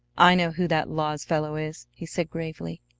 i know who that laws fellow is, he said gravely.